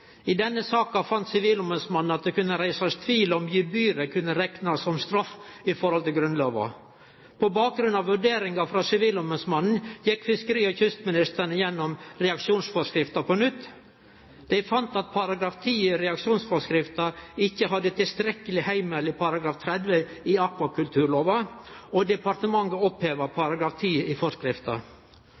I denne saka fann sivilombodsmannen at det kunne reisast tvil om gebyr kunne reknast som straff i forhold til Grunnlova. På bakgrunn av vurderingar frå sivilombodsmannen gjekk fiskeri- og kystministeren gjennom reaksjonsforskrifta på nytt. Ein fann at § 10 i reaksjonsforskrifta ikkje hadde tilstrekkeleg heimel i § 30 i akvakulturlova, og departementet oppheva § 10 i forskrifta.